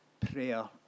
prayer